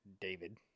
David